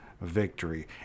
victory